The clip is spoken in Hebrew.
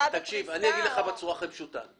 אגיד לך בצורה הכי פשוטה,